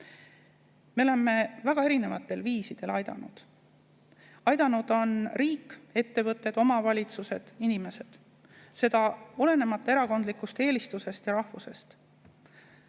Me oleme väga erinevatel viisidel aidanud. Aidanud on riik, ettevõtted, omavalitsused, inimesed, ning seda olenemata erakondlikust eelistusest ja rahvusest.